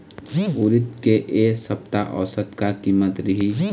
उरीद के ए सप्ता औसत का कीमत रिही?